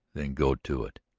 then, go to it!